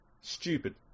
Stupid